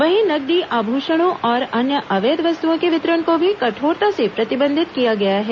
वहीं नकदी आभूषणों और अन्य अवैध वस्तुओं के वितरण को भी कठोरता से प्रतिबंधित किया गया है